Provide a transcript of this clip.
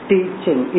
Teaching